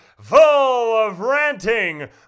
full-of-ranting